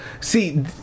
see